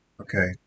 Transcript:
okay